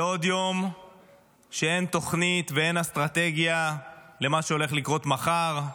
זה עוד יום שאין תוכנית ואין אסטרטגיה למה שהולך לקרות מחר,